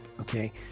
okay